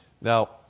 Now